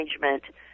management